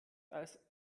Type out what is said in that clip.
als